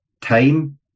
time